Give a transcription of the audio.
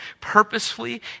purposefully